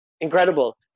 incredible